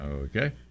Okay